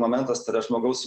momentas tai yra žmogaus